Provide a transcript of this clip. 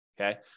Okay